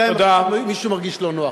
גם אם מישהו מרגיש לא נוח.